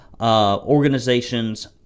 organizations